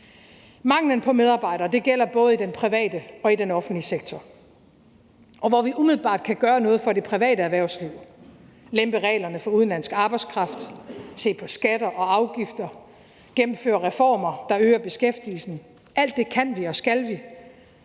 Manglen på medarbejdere gælder både i den private og i den offentlige sektor. Og hvor vi umiddelbart kan gøre noget for det private erhvervsliv – lempe reglerne for udenlandsk arbejdskraft, se på skatter og afgifter, gennemføre reformer, der øger beskæftigelsen, alt det kan vi og skal vi